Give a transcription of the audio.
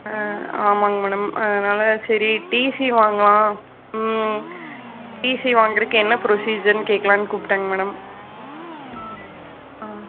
ஆ ஆமாங்க மேடம் அதனால சரி டிசி வாங்கலாம் ம் டிசி வாங்கிறதுக்கு என்னப் ப்ரொசீஜர்னு கேட்கலான்னு கூப்பிட்டேங்க மேடம் ஆ